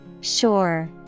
Sure